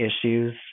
issues